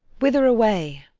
whither away?